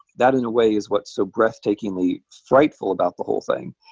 that, in a way, is what's so breathtakingly frightful about the whole thing,